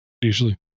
Usually